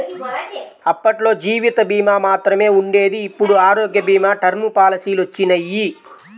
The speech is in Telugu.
అప్పట్లో జీవిత భీమా మాత్రమే ఉండేది ఇప్పుడు ఆరోగ్య భీమా, టర్మ్ పాలసీలొచ్చినియ్యి